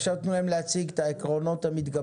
עכשיו תנו להם להציג את העקרונות המתגבשים,